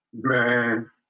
Man